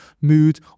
mood